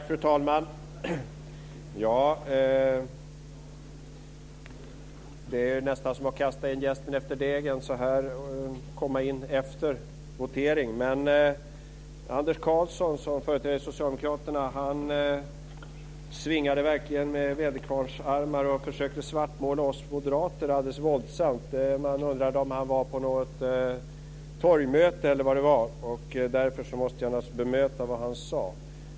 Fru talman! Det är nästan som att kasta in jästen efter degen, att komma in så här efter en votering. Men Anders Karlsson, som företräder Socialdemokraterna, svingade verkligen med väderkvarnsarmar och försökte svartmåla oss moderater alldeles våldsamt. Man undrade om han var på något torgmöte eller vad det var. Därför måste jag naturligtvis bemöta vad han sade.